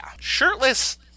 Shirtless